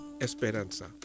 Esperanza